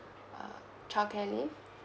uh childcare leave